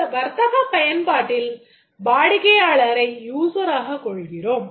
இந்த வர்த்தக பயன்பாட்டில் வாடிக்கையாளரை user ஆகக் கொள்கிறோம்